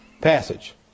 passage